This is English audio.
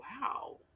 wow